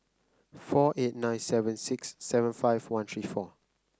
four eight nine seven six seven five one three four